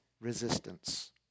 resistance